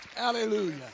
Hallelujah